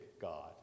God